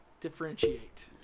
Differentiate